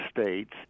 states